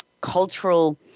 cultural